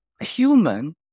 human